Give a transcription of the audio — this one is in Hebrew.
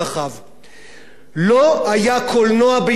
לא היה קולנוע בישראל לולא חוק הקולנוע,